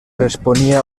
responia